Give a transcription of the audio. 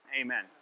amen